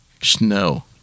snow